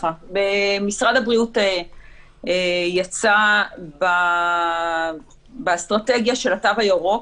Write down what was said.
משרד הבריאות יצא באסטרטגיה של התו הירוק,